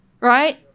Right